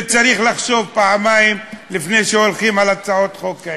וצריך לחשוב פעמיים לפני שהולכים להצעות חוק כאלה.